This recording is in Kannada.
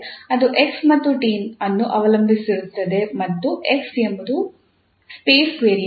ಅದು 𝑥 ಮತ್ತು 𝑡 ಅನ್ನು ಅವಲಂಬಿಸಿರುತ್ತದೆ ಮತ್ತು 𝑥 ಎಂಬುದು ಸ್ಪೇಸ್ ವೇರಿಯಬಲ್